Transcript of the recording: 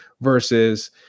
versus